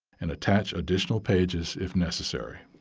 and attach additional pages if necessary.